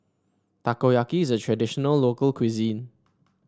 takoyaki is a traditional local cuisine